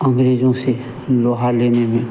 अंग्रेज़ों से लोहा लेने में